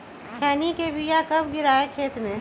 खैनी के बिया कब गिराइये खेत मे?